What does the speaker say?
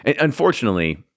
Unfortunately